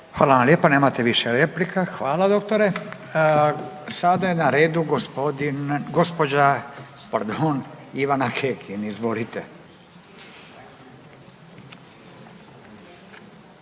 Hvala vam lijepa. Nemate više replika. Hvala doktore. Sada je na redu gospodin, gospođa pardon Ivana Kekin. Izvolite.